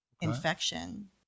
infection